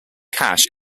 cache